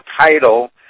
title